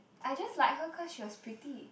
I just like her cause she was pretty